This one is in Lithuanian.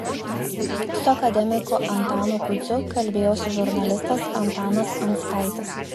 su akademiku antanu kudziu kalbėjosi žurnalistas antanas anskaitis